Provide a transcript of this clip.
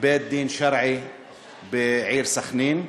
בית-דין שרעי בעיר סח'נין.